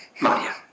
Maria